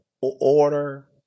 order